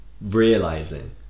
realizing